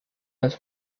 los